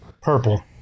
Purple